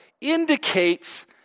indicates